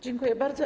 Dziękuję bardzo.